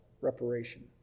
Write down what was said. Reparation